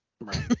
Right